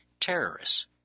terrorists